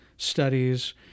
studies